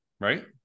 right